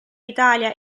italia